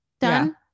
done